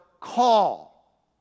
call